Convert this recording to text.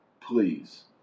please